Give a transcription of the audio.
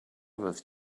with